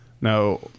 now